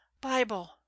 bible